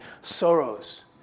sorrows